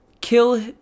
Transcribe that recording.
kill